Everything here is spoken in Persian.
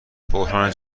بحران